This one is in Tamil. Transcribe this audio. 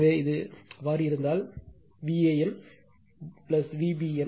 எனவே இது அவ்வாறு இருந்தால் Van Vbn Vcn 0